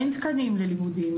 אין תקנים ללימודים.